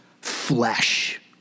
flesh